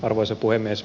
arvoisa puhemies